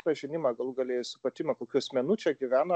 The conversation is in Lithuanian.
pažinimą galų gale ir supratimą kokių asmenų čia gyvena